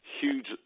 huge